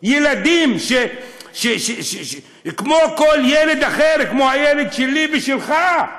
ילדים כמו כל ילד אחר, כמו הילד שלי ושלך,